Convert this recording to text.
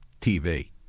TV